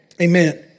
Amen